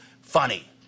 funny